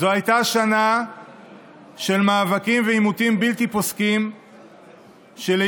זאת הייתה שנה של מאבקים ועימותים בלתי פוסקים שלעיתים